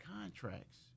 contracts